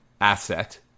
asset